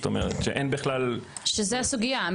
זאת אומרת, שאין בכלל --- שזו הסוגייה.